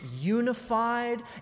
unified